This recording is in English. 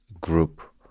group